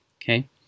Okay